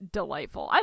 delightful